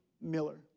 Miller